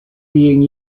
being